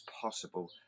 possible